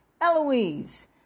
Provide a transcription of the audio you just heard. eloise